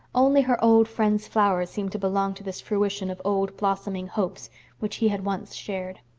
only her old friend's flowers seemed to belong to this fruition of old-blossoming hopes which he had once shared.